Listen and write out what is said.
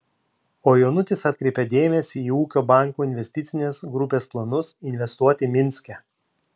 o jonutis atkreipia dėmesį į ūkio banko investicinės grupės planus investuoti minske